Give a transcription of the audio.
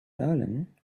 darling